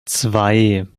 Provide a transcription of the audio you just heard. zwei